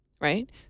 right